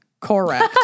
Correct